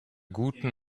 guten